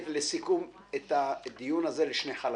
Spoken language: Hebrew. לסיכום, אני מחלק את הדיון הזה לשני חלקים.